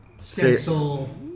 stencil